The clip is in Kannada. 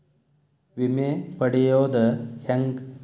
ವಿಮೆ ಪಡಿಯೋದ ಹೆಂಗ್?